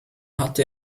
hatte